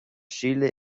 síle